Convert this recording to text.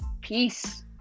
Peace